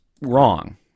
wrong